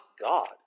God